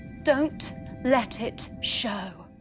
don't let it show